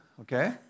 Okay